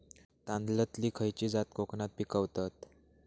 तांदलतली खयची जात कोकणात पिकवतत?